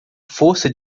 força